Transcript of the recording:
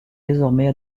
désormais